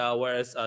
whereas